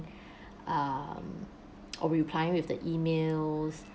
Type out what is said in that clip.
um or replying with the emails